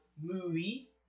movie